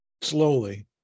Slowly